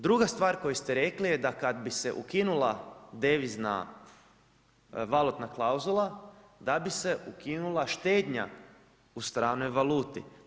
Druga stvar koju ste rekli je da kad bi se ukinula devizna valutna klauzula, da bi se ukinula štednja u stranoj valuti.